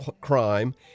crime